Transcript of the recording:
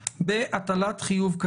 מחוסנים בשבוע האחרון כמעט 50% היו מחוסנים.